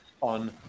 on